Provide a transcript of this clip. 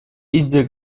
индия